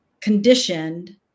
conditioned